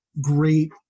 great